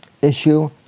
issue